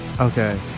Okay